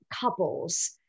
couples